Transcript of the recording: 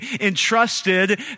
entrusted